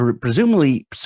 presumably